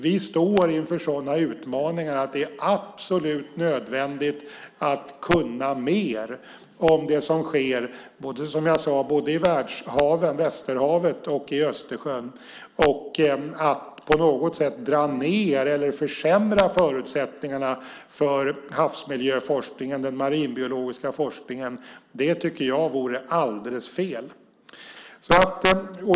Vi står inför sådana utmaningar att det är absolut nödvändigt att kunna mer om det som sker i världshaven, i Västerhavet och i Östersjön. Att på något sätt dra ned eller försämra förutsättningarna för havsmiljöforskningen, den marinbiologiska forskningen, vore alldeles fel.